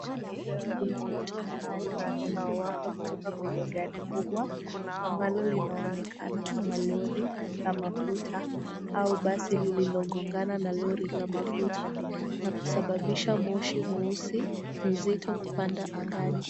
Kuna moto mkali unaowaka katika kwenye gari kubwa ambalo linaonekana kama lori ya mafuta au basi lililokongana na lori la mafuta na kusababisha moshi nyeusi nzito kupanda angani.